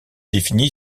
défini